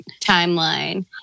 timeline